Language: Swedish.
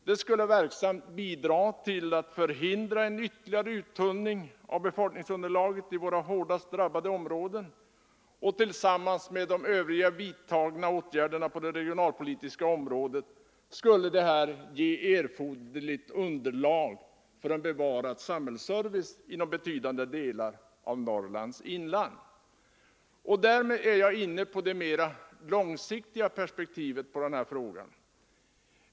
De skulle verksamt bidra till att förhindra en ytterligare uttunning av befolkningsunderlaget i våra hårdast drabbade områden, och tillsammans med de övriga åtgärderna på det regionalpolitiska området skulle detta ge det erforderliga underlaget för en bevarad samhällsservice inom betydande delar av Norrlands inland. Därmed är jag inne på det mera långsiktiga perspektivet på denna fråga.